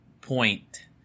point